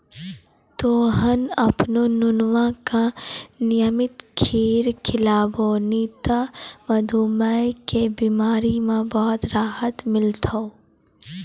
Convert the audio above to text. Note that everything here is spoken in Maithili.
तोहॅ आपनो नुनुआ का नियमित खीरा खिलैभो नी त मधुमेह के बिमारी म बहुत राहत मिलथौं